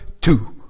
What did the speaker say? Two